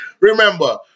Remember